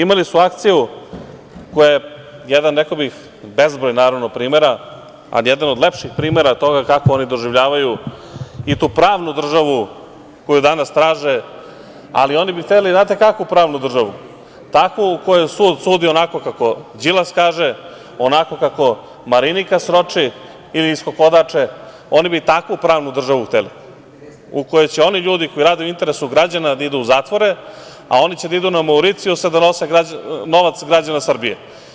Imali su akciju koja je jedan, rekao bih, bezbroj naravno primera, ali jedan od lepših primera toga kako oni doživljavaju i tu pravnu državu koju danas traže, ali oni bi hteli znate kakvu pravnu državu, takvu u kojoj sud sudi onako kako Đilas kaže, onako kako Marinika sroči ili iskokodače, oni bi takvu pravnu državu hteli, u kojoj će oni ljudi koji rade u interesu građana da idu u zatvore, a oni će da idu na Mauricijus da nose novac građana Srbije.